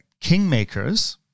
kingmakers